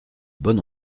bonne